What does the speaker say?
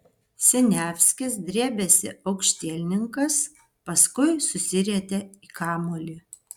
siniavskis drebėsi aukštielninkas paskui susirietė į kamuolį